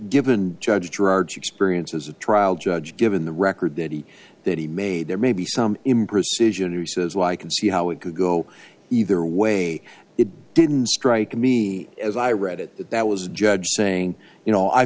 given judge gerard's experience as a trial judge given the record that he that he made there may be some imprecision he says well i can see how it could go either way it didn't strike me as i read it that was judge saying you know i